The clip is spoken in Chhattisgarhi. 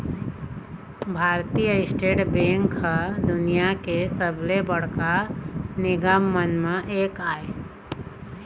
भारतीय स्टेट बेंक ह दुनिया के सबले बड़का निगम मन म एक आय